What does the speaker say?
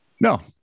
No